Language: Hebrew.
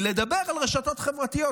לדבר על רשתות חברתיות,